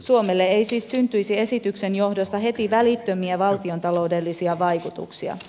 suomelle ei siis syntyisi esityksen johdosta heti välittömiä valtiontaloudellisia vaikutuksia